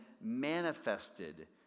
manifested